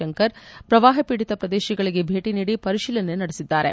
ಶಂಕರ್ ಪ್ರವಾಹಪೀಡಿತ ಪ್ರದೇಶಗಳಗೆ ಭೇಟಿ ನೀಡಿ ಪರಿತೀಲನೆ ನಡೆಸಿದ್ದಾರೆ